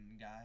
guy